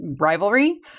rivalry